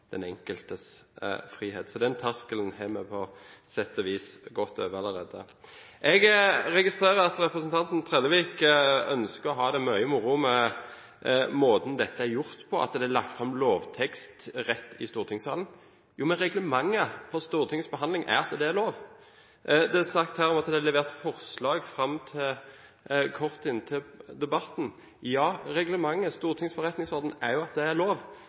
over allerede. Jeg registrerer at representanten Trellevik ønsket å ha det moro med måten dette er gjort på, at det er lagt fram forslag til en lovtekst i stortingssalen. Men reglementet for stortingsbehandlingen sier at det er lov. Det er sagt at det er satt fram forslag kort tid før debatten. Ja, ifølge Stortingets forretningsorden er det lov. Så jeg synes ikke at